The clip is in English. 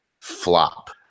flop